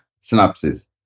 Synopsis